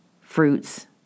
fruits